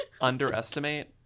underestimate